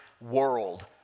world